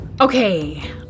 Okay